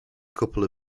couple